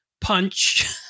punch